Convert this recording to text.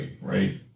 right